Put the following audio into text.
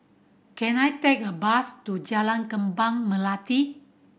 can I take a bus to Jalan Kembang Melati